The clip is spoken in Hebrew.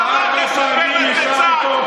אתה אמרת שבנט יצא.